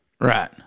Right